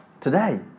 Today